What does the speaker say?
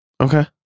Okay